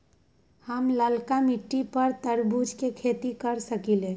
हम लालका मिट्टी पर तरबूज के खेती कर सकीले?